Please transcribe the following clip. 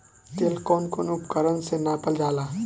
तेल कउन कउन उपकरण से नापल जाला?